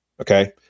Okay